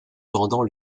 pendant